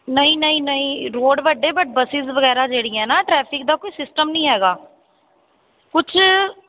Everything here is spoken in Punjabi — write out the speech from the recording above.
ਨਹੀਂ ਨਹੀਂ ਨਹੀਂ ਰੋਡ ਵੱਡੇ ਵੱਡੇ ਬਸਿਸ ਵਗੈਰਾ ਜਿਹੜੀਆਂ ਨਾ ਟਰੈਫਿਕ ਦਾ ਕੋਈ ਸਿਸਟਮ ਨਹੀਂ ਹੈਗਾ ਕੁਝ